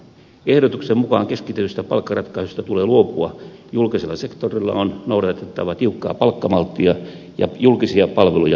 ehdotuksen mukaan keskitetyistä palkkaratkaisuista tulee luopua julkisella sektorilla on noudatettava tiukkaa palkkamalttia ja julkisia palveluja on rajoitettava